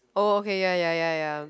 oh okay ya ya ya ya